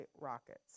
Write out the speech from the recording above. rockets